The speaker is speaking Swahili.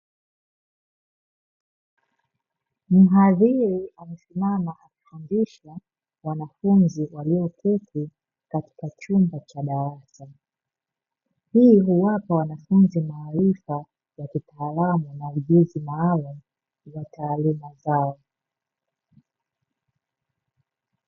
Muhadhiri amesimama akifundisha wanafunzi walioketi katika chumba cha darasa. Hii huwapa wanafunzi maarifa ya kitaalamu na ujuzi wa taaluma zao.